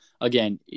again